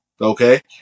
okay